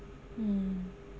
mm